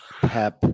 Pep